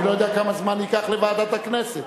אני לא יודע כמה זמן ייקח לוועדת הכנסת.